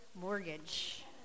mortgage